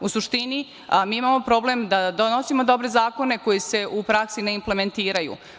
U suštini, mi imamo problem da donosimo dobre zakone koji se u praksi ne implementiraju.